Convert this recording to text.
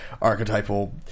archetypal